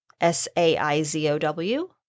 S-A-I-Z-O-W